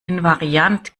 invariant